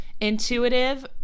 intuitive